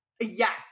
Yes